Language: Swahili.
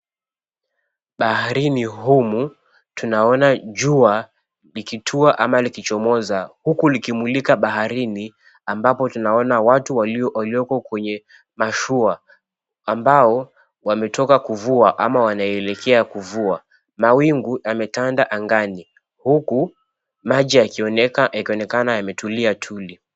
Baharini humu tunaona jua likitua ama likichomoza huku likimulika baharini ambapo tunaona watu waliopo kwenye mashua ambao wametoka kuvua ama wanaelekea kuvua. Mawingu yametanda angani huku maji yakionekana yametulia tuli.